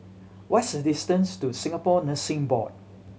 what's the distance to Singapore Nursing Board